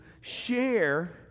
share